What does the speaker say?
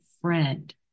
friend